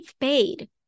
paid